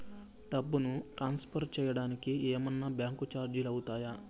డబ్బును ట్రాన్స్ఫర్ సేయడానికి ఏమన్నా బ్యాంకు చార్జీలు అవుతాయా?